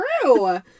true